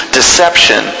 deception